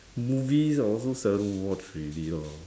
movies I also seldom watch already lor